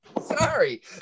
Sorry